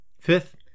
Fifth